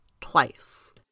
Twice